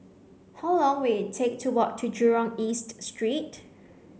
how long will take to walk to Jurong East Street